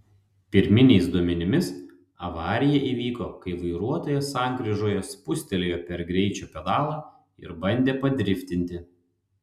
pirminiais duomenimis avarija įvyko kai vairuotojas sankryžoje spustelėjo per greičio pedalą ir bandė padriftinti